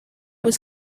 was